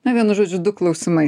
na vienu žodžiu du klausimai